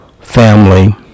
Family